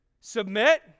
Submit